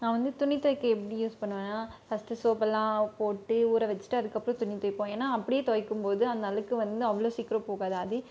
நான் வந்து துணி துவைக்க எப்படி யூஸ் பண்ணுவேனா ஃபஸ்ட்டு சோப்பெல்லாம் போட்டு ஊற வச்சிட்டு அதுக்கப்புறம் துணி துவைப்போம் ஏன்னா அப்படியே துவைக்கும்போது அந்த அழுக்கு வந்து அவ்வளோ சீக்கரம் போகாது அதே